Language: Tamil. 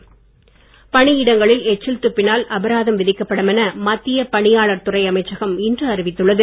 அபராதம் பணியிடங்களில் எச்சில் துப்பினால் அபராதம் விதிக்கப்படும் என மத்திய பணியாளர் துறை அமைச்சகம் இன்று அறிவித்துள்ளது